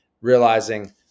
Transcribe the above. realizing